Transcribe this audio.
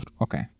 okay